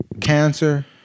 cancer